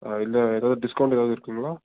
ஆ இல்ல ஏதாவது டிஸ்கவுண்ட் ஏதாவது இருக்குங்களா